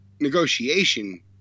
negotiation